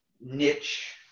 niche